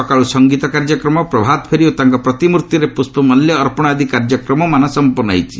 ସକାଳୁ ସଙ୍ଗୀତ କାର୍ଯ୍ୟକ୍ରମ ପ୍ରଭାତଫେରି ଓ ତାଙ୍କ ପ୍ରତିମୂର୍ତ୍ତିରେ ପୁଷ୍କମାଲ୍ୟ ଅର୍ପଣ ଆଦି କାର୍ଯ୍ୟକ୍ରମମାନ ସମ୍ପନ୍ ହୋଇଛି